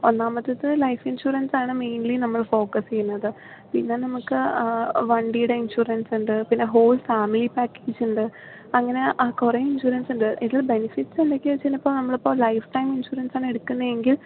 ഒന്നാമത്തേത് life insurance ആണ് mainly നമ്മൾ ഫോക്കസ് ചെയ്യുന്നത് പിന്നെ നമുക്ക് വണ്ടിയുടെ ഇൻഷുറൻസ് ഉണ്ട് പിന്നെ ഹോൾ ഫാമിലി പാക്കേജ് ഉണ്ട് അങ്ങനെ ആ കുറേ ഇൻഷുറൻസ് ഉണ്ട് ഇതിൽ ബെനഫിറ്റ്സ് എന്തൊക്കെയാണ് ചിലപ്പോൾ നമ്മൾ ഇപ്പോൾ ലൈഫ് ടൈം ഇൻഷുറൻസ് ആണ് എടുക്കുന്നതെങ്കിൽ